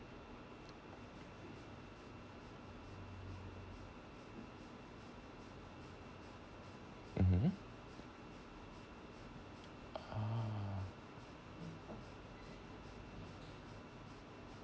mmhmm oh